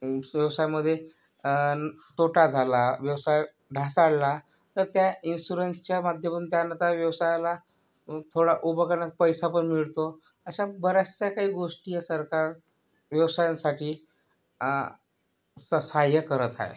व्यवसायामध्ये तोटा झाला व्यवसाय ढासळला तर त्या इन्शुरन्सच्या माध्यमातून त्यांना त्या व्यवसायाला थोडं उभं करण्यात पैसा पण मिळतो अशा बऱ्याचशा काही गोष्टी या सरकार व्यवसायांसाठी सहाय्य करत आहे